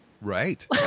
Right